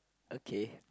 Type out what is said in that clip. okay